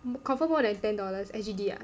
confirm more than ten dollars S_G_D ah